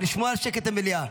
לשמור על השקט במליאה.